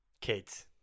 Kids